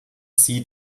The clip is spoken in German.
sie